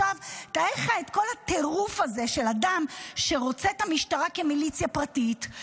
תאר לך את כל הטירוף הזה של אדם שרוצה את המשטרה כמיליציה פרטית,